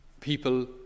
people